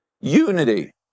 Unity